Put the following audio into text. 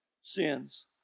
sins